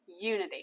unity